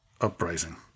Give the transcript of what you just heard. Uprising